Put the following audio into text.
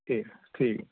ٹھیک ہے ٹھیک